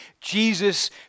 Jesus